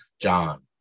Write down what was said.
John